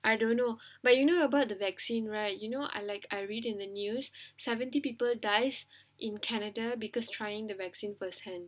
I don't know but you knew about the vaccine right you know I like I read in the news seventy people dies in canada because trying the vaccine first hand